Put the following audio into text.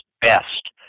best